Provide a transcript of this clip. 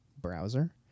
browser